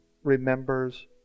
remembers